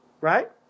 right